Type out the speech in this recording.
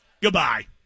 Goodbye